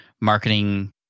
marketing